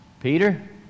Peter